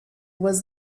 was